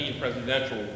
Presidential